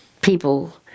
people